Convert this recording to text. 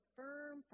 firm